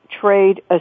Trade